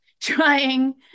trying